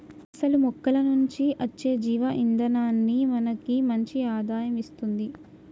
అసలు మొక్కల నుంచి అచ్చే జీవ ఇందనాన్ని మనకి మంచి ఆదాయం ఇస్తుంది